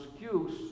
excuse